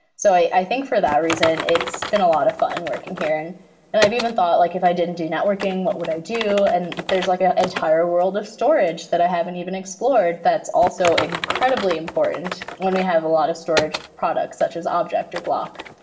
so i think for that reason it's been a lot of fun working here, and i've even thought like if i didn't do networking, what would i do? and there's like an entire world of storage that i haven't even explored that's also incredibly important when we have a lot of storage products such as object or block.